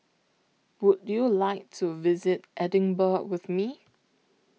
Would YOU like to visit Edinburgh with Me